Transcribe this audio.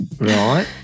Right